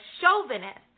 chauvinist